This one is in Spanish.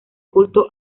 culto